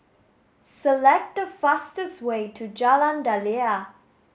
select the fastest way to Jalan Daliah